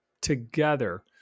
together